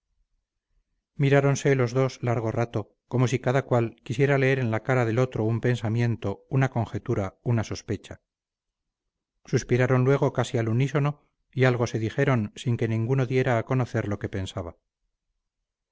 miráronse los dos largo rato como si cada cual quisiera leer en la cara del otro un pensamiento una conjetura una sospecha suspiraron luego casi al unísono y algo se dijeron sin que ninguno diera a conocer lo que pensaba